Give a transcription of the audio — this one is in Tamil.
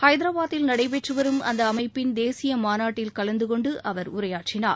ஹைதரபாத்தில் நடைபெற்று வரும்அந்த அமைப்பின் தேசிய மாநாட்டில் கலந்து கொண்டு அவர் உரையாற்றினார்